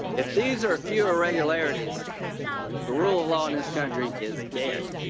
if these are a few irregularities the rule of law in this country is dead.